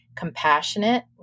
compassionate